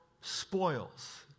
spoils